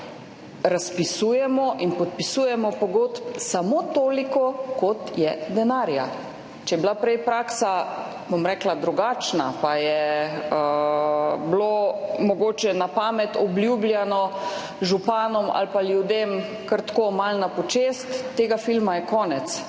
razpisujemo in podpisujemo samo toliko pogodb, kot je denarja. Če je bila prej praksa, bom rekla, drugačna, pa je bilo mogoče na pamet obljubljeno županom ali pa ljudem kar tako malo na počez, tega filma je konec.